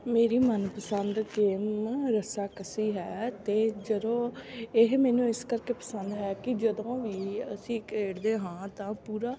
ਮੇਰੀ ਮਨਪਸੰਦ ਗੇਮ ਰੱਸਾਕੱਸੀ ਹੈ ਅਤੇ ਜਦੋਂ ਇਹ ਮੈਨੂੰ ਇਸ ਕਰਕੇ ਪਸੰਦ ਹੈ ਕਿ ਜਦੋਂ ਵੀ ਅਸੀਂ ਖੇਡਦੇ ਹਾਂ ਤਾਂ ਪੂਰਾ